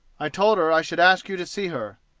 i told her i should ask you to see her,